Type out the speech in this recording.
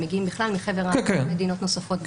הם מגיעים בכלל מחבר העמים וממדינות נוספות.